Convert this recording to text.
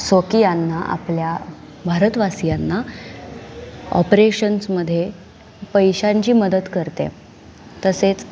स्वकियांना आपल्या भारतवासियांना ऑपरेशन्समध्ये पैशांची मदत करते तसेच